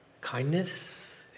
kindness